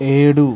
ఏడు